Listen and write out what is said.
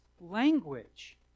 language